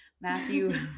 Matthew